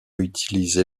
utilisé